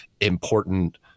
important